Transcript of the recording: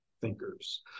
thinkers